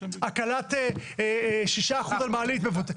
הקלת 6% על מעלית מבוטלת?